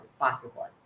possible